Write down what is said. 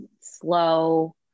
slow